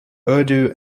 urdu